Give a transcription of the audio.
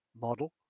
model